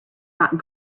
not